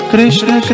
Krishna